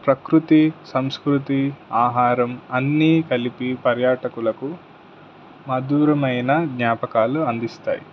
ప్రకృతి సంస్కృతి ఆహారం అన్నీ కలిపి పర్యాటకులకు మధురమైన జ్ఞాపకాలు అందిస్తాయి